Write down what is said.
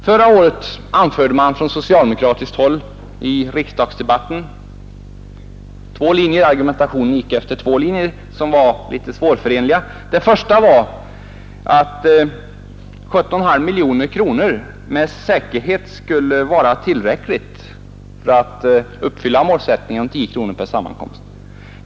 Förra året gick argumentationen från socialdemokratiskt håll i riksdagsdebatten efter två linjer som var litet svårförenliga. Den första var att 17,5 miljoner kronor med säkerhet skulle vara tillräckligt för att uppfylla målsättningen om 10 kronor per sammankomst.